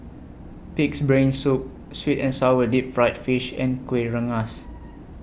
Pig'S Brain Soup Sweet and Sour Deep Fried Fish and Kueh Rengas